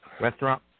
restaurant